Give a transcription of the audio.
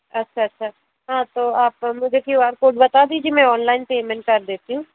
अच्छा अच्छा हाँ तो आप मुझे क्यू आर कोड बता दीजिए मैं ऑनलाइन पेमेंट कर देती हूँ